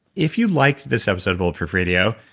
if you liked this episode of bulletproof radio,